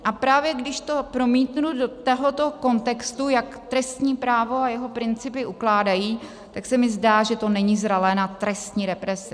A právě když to promítnu do tohoto kontextu, jak trestní právo a jeho principy ukládají, tak se mi zdá, že to není zralé na trestní represi.